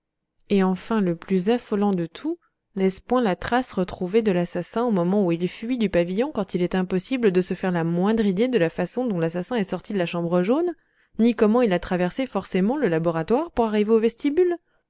et enfin le plus affolant de tout n'est-ce point la trace retrouvée de l'assassin au moment où il fuit du pavillon quand il est impossible de se faire la moindre idée de la façon dont l'assassin est sorti de la chambre jaune ni comment il a traversé forcément le laboratoire pour arriver au vestibule